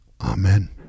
Amen